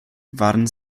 waren